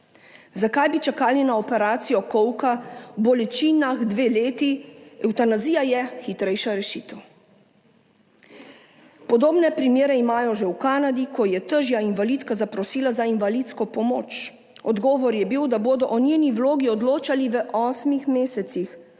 Zakaj bi čakali na operacijo kolka v bolečinah dve leti? Evtanazija je hitrejša rešitev. Podobne primere imajo že v Kanadi, ko je težja invalidka zaprosila za invalidsko pomoč. Odgovor je bil, da bodo o njeni vlogi odločali v osmih mesecih,